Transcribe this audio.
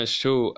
show